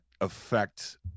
affect